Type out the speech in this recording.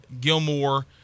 Gilmore